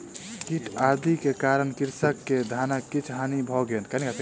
कीट आदि के कारण कृषक के धानक किछ हानि भ गेल